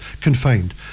confined